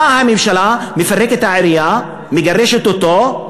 באה הממשלה, מפרקת את העירייה, מגרשת אותו,